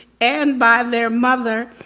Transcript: and by their mother,